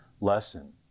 lesson